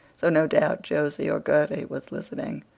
so no doubt josie or gertie was listening.